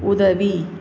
உதவி